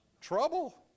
Trouble